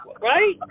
Right